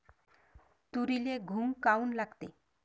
तुरीले घुंग काऊन लागते?